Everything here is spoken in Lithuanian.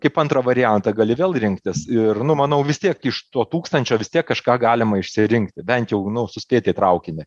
kaip antrą variantą gali vėl rinktis ir nu manau vis tiek iš to tūkstančio vis tiek kažką galima išsirinkti bent jau nu suspėti į traukinį